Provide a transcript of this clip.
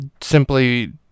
simply